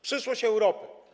Przyszłość Europy.